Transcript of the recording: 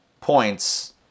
points